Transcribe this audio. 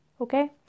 okay